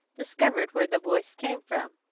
discovered where the voice came from.